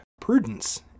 prudence